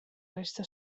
resta